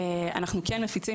אנחנו כן מפיצים.